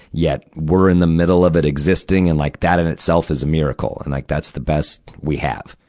yet, we're in the middle of it existing. and like that in itself is a miracle, and like that's the best we have.